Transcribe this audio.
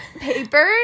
paper